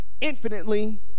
infinitely